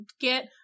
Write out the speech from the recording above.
get